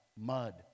mud